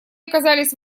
оказались